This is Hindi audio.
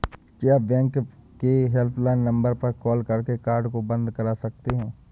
क्या बैंक के हेल्पलाइन नंबर पर कॉल करके कार्ड को बंद करा सकते हैं?